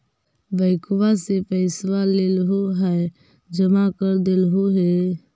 बैंकवा से पैसवा लेलहो है जमा कर देलहो हे?